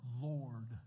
Lord